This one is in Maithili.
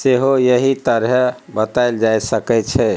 सेहो एहि तरहें बताएल जा सकै छै